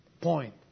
point